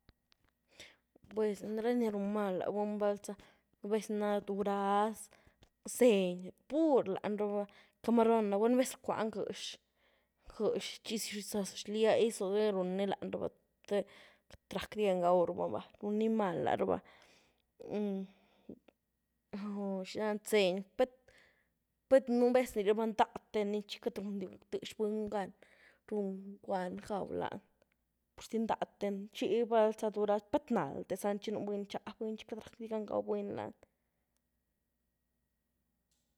Pues ranii run mal la buny, val za, nu’ vez nah duraz, zény, pur lany ra’ba, camaron na, gula nu’ vez rcuany gyx, gyx chi zaz xlia ghy siuny runy lany raba, te cat racdi gan gaw raba nii va, runy mal lah raba’, zhi laan, zény, pat, pat nu’ vez rniraba ndateny xi cat rundy tëx buny gan run ngwand gaw lanii, purzi nda’teni, xi val za duraz, pat nalte zany, xi nuu buny nxa buny xi cat racdi gan gaw buny lany.